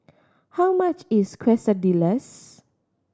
how much is Quesadillas